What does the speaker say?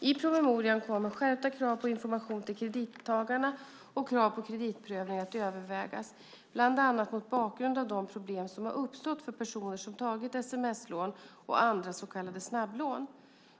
I promemorian kommer skärpta krav på information till kredittagarna och krav på kreditprövning att övervägas, bland annat mot bakgrund av de problem som har uppstått för personer som tagit sms-lån och andra så kallade snabblån.